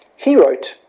he wrote